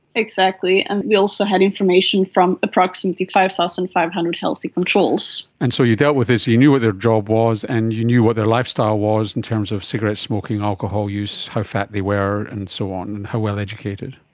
exactly, and we also had information from approximately five thousand five hundred healthy controls. and so you dealt with this, you knew what their job was and you knew what their lifestyle was in terms of cigarette smoking, alcohol use, how fat they were and so on and how well educated.